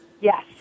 Yes